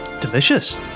Delicious